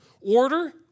order